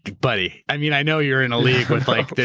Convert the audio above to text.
buddy, i mean, i know you're in a league with like,